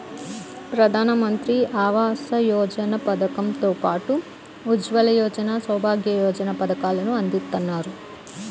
ప్రధానమంత్రి ఆవాస యోజన పథకం తో పాటు ఉజ్వల యోజన, సౌభాగ్య యోజన పథకాలను అందిత్తన్నారు